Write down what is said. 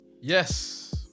Yes